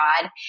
God